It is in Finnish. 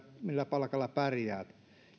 minkä palkalla pärjää